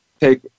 take